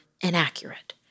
inaccurate